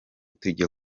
tujya